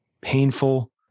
painful